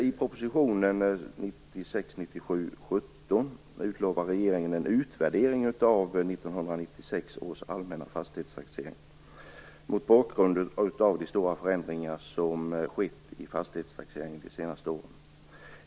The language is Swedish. I propositionen 1996/97:17 utlovar regeringen en utvärdering av 1996 års allmänna fastighetstaxering mot bakgrund av de stora förändringar som har skett i fastighetstaxeringen under de senaste åren.